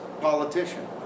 politician